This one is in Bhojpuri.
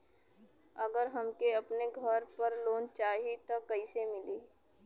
अगर हमके अपने घर पर लोंन चाहीत कईसे मिली?